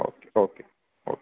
okay okay okay